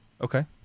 okay